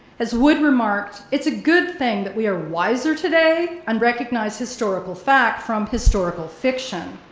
as wood remarked, it's a good thing that we are wiser today and recognize historical fact from historical fiction.